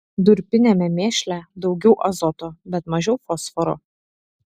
durpiniame mėšle daugiau azoto bet mažiau fosforo